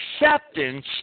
acceptance